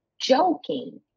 Joking